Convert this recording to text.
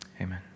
Amen